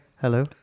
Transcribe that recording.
Hello